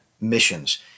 missions